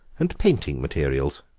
and painting materials.